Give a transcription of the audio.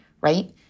right